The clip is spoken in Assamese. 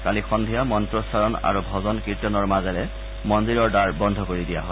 কালি সন্ধিয়া মন্ত্ৰোচ্চাৰণ আৰু ভজন কীৰ্তনৰ মাজেৰে মন্দিৰৰ দ্বাৰ বন্ধ কৰি দিয়া হয়